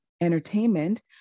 entertainment